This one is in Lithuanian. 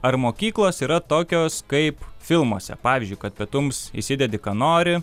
ar mokyklos yra tokios kaip filmuose pavyzdžiui kad pietums įsidedi ką nori